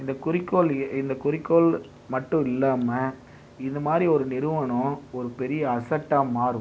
இந்த குறிக்கோள் இந்த குறிக்கோள் மட்டும் இல்லாமல் இதுமாதிரி ஒரு நிறுவனம் ஒரு பெரிய அசட்டாக மாறும்